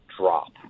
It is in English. drop